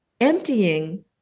emptying